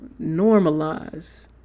normalize